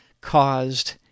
caused